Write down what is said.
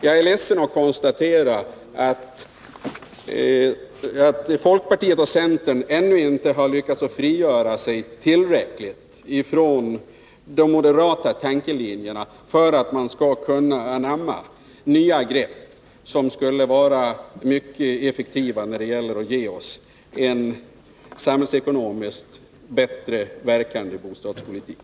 Jag är ledsen att behöva konstatera att folkpartiet och centerpartiet ännu inte har lyckats frigöra sig från de moderata tankelinjerna tillräckligt för att kunna anamma nya grepp, som skulle vara mycket effektiva när det gäller att ge oss en samhällsekonomiskt bättre verkande bostadspolitik.